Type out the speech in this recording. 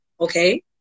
Okay